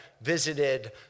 visited